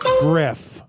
Griff